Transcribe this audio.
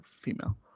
female